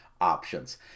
options